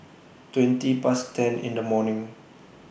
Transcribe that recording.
twenty Past ten in The morning